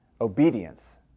Obedience